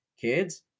kids